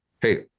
hey